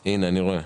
הנה, אני רואה.